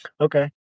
Okay